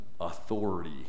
authority